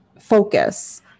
focus